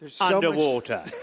underwater